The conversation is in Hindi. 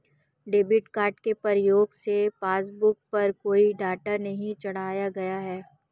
डेबिट कार्ड के प्रयोग से पासबुक पर कोई डाटा नहीं चढ़ाया गया है